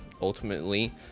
ultimately